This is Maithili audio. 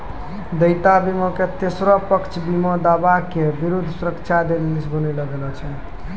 देयता बीमा के तेसरो पक्ष बीमा दावा के विरुद्ध सुरक्षा दै लेली बनैलो गेलौ छै